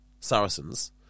Saracens